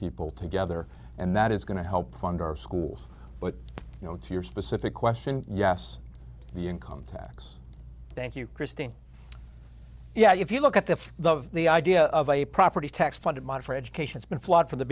people together and that is going to help fund our schools but you know to your specific question yes the income tax thank you christine yeah if you look at the the the idea of a property tax funded model for education has been flawed from the